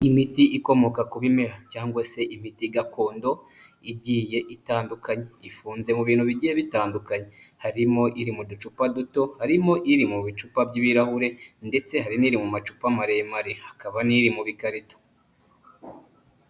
Imiti ikomoka ku bimera cyangwa se imiti gakondo igiye itandukanye. Ifunze mu bintu bigiye bitandukanye, harimo iri mu ducupa duto, harimo iri mu bicupa by'ibirahure ndetse hari n'iri mu macupa maremare, hakaba n'iri mu bikarita.